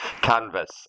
canvas